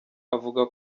avuga